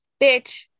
bitch